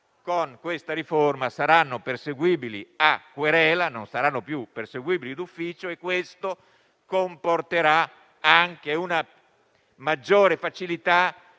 con questa riforma saranno perseguibili a querela e non saranno più perseguibili d'ufficio. Questo comporterà anche una maggiore facilità